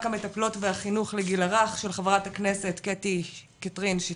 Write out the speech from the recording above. המטפלות והחינוך לגיל הרך של ח"כית קטי קטרין שטרית,